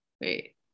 Wait